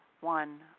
One